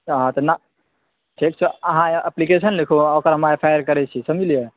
ठीक छै तऽ अहाँ अपप्लिकेशन लिखू हम एफ आई आर करै छी समझलियै